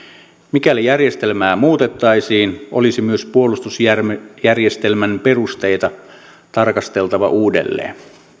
mikäli järjestelmää muutettaisiin olisi myös puolustusjärjestelmän perusteita tarkasteltava uudelleen